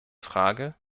frage